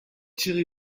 thierry